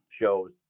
shows